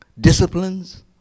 disciplines